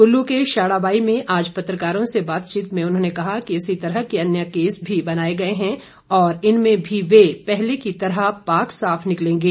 कुल्लू के शाढ़ाबाई में आज पत्रकारों से बातचीत में उन्होंने कहा कि इसी तरह के अन्य केस भी बनाए गए हैं और इनमें भी वे पहले की तरह पाक साफ निकलेंगे